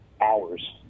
hours